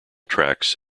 tracks